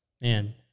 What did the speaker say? Man